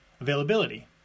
Availability